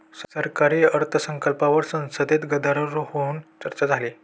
सरकारी अर्थसंकल्पावर संसदेत गदारोळ होऊन चर्चा झाली